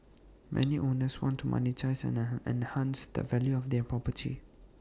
many owners want to monetise and enhance the value of their property